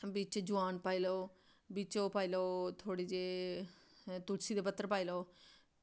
बिच जमैन पाई लैओ बिच ओह् पाई लैओ थोह्ड़े जेह् तुलसी दे पत्तर पाई लैओ